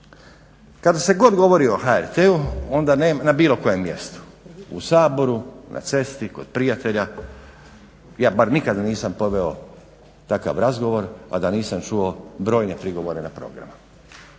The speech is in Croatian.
Kada se god govori o HRT-u na bilo kojem mjestu u Saboru, na cesti, kod prijatelja ja bar nikada nisam poveo takav razgovor, a da nisam čuo brojne prigovore na program.